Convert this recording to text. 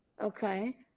Okay